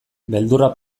beldurra